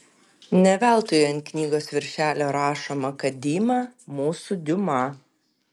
ne veltui ant knygos virželio rašoma kad dima mūsų diuma